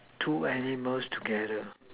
two animals together